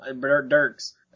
Dirk's